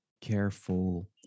careful